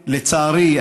לצערי,